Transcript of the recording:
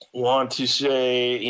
want to say,